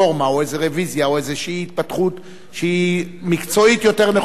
רוויזיה או איזו התפתחות שמקצועית היא יותר נכונה,